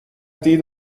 دید